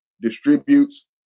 distributes